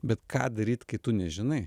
bet ką daryt kai tu nežinai